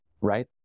right